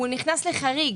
הוא נכנס לחריג.